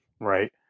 Right